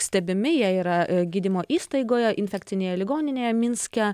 stebimi jie yra gydymo įstaigoje infekcinėje ligoninėje minske